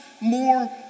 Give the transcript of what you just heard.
more